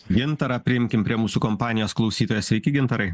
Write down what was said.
gintarą priimkim prie mūsų kompanijos klausytoją sveiki gintarai